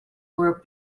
were